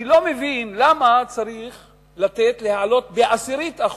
אני לא מבין למה צריך לתת להעלות בעשירית אחוז,